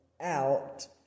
out